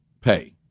pay